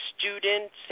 students